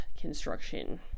construction